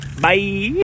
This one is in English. Bye